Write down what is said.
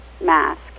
mask